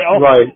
Right